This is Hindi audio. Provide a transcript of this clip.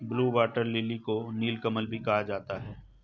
ब्लू वाटर लिली को नीलकमल भी कहा जाता है